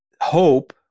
hope